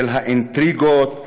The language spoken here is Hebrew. של האינטריגות,